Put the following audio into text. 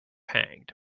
hanged